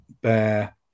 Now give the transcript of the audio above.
bear